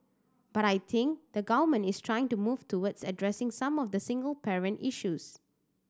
but I think the Government is trying to move towards addressing some of the single parent issues